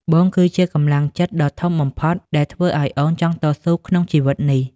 បងគឺជាកម្លាំងចិត្តដ៏ធំបំផុតដែលធ្វើឱ្យអូនចង់តស៊ូក្នុងជីវិតនេះ។